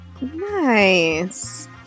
Nice